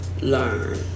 learn